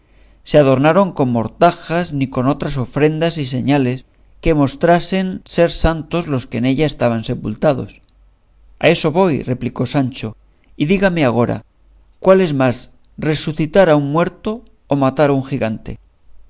se adornaron con mortajas ni con otras ofrendas y señales que mostrasen ser santos los que en ellas estaban sepultados a eso voy replicó sancho y dígame agora cuál es más resucitar a un muerto o matar a un gigante